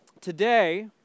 Today